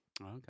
Okay